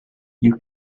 you